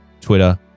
Twitter